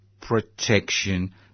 protection